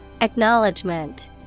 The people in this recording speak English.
Acknowledgement